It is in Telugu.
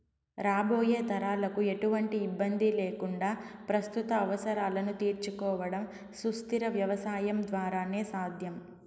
రాబోయే తరాలకు ఎటువంటి ఇబ్బంది లేకుండా ప్రస్తుత అవసరాలను తీర్చుకోవడం సుస్థిర వ్యవసాయం ద్వారానే సాధ్యం